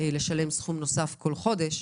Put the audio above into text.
לשלם סכום נוסף כל חודש.